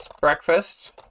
breakfast